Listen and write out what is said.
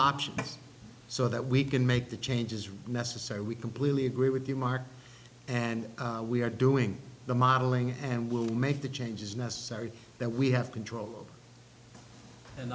options so that we can make the changes necessary we completely agree with you mark and we are doing the modeling and we'll make the changes necessary that we have control